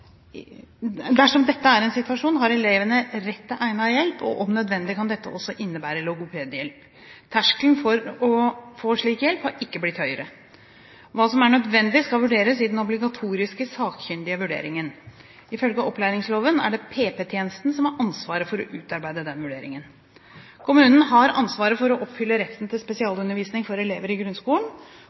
er situasjonen, har eleven rett til egnet hjelp, og om nødvendig kan dette også innebære logopedhjelp. Terskelen for å få slik hjelp har ikke blitt høyere. Hva som er nødvendig, skal vurderes i den obligatoriske sakkyndige vurderingen. Ifølge opplæringsloven er det PP-tjenesten som har ansvaret for å utarbeide den vurderingen. Kommunen har ansvaret for å oppfylle retten til spesialundervisning for elever i grunnskolen.